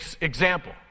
example